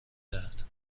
دهد